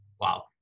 Wow